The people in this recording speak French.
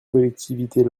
collectivités